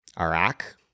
Iraq